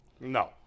No